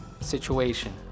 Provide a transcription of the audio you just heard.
situation